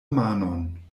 manon